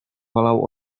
wolał